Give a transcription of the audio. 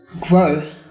Grow